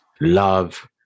love